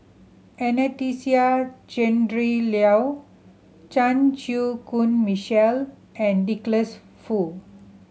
Anastasia Tjendri Liew Chan Chew Koon Michael and Douglas Foo